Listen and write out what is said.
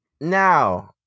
Now